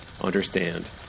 understand